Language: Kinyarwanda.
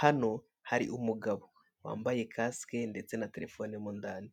Hano hari umugabo waambaye kasike ndetse na telefone mu indani,